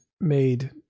made